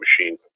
machine